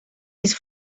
his